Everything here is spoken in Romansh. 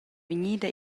vegnida